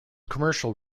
commercial